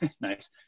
Nice